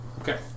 Okay